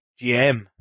GM